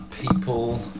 people